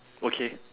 okay